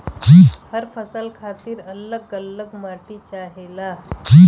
हर फसल खातिर अल्लग अल्लग माटी चाहेला